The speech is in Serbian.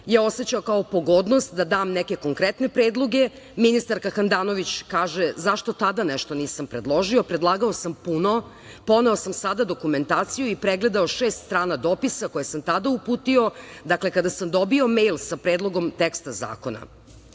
je osećao kao pogodnost da da neke konkretne predloge. Ministarka Handanović kaže – zašto tada nisam predložio? Predlagao sam puno, poneo sam sada dokumentaciju i pregledao šest strana dopisa koji sam tada uputio. Dakle, kada sam dobio mejl sa predlogom teksta zakona. On